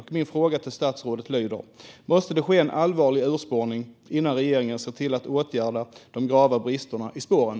Därför är min fråga till statsrådet följande: Måste det ske en allvarlig urspårning innan regeringen ser till att åtgärda de grava bristerna i spåren?